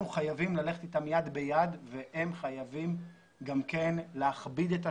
אנחנו חייבים ללכת אתם יד ביד והם חייבים להכביד את התקנים,